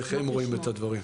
איך הם רואים את הדברים.